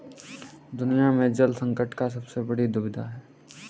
दुनिया में जल संकट का सबसे बड़ी दुविधा है